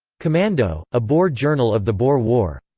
commando a boer journal of the boer war.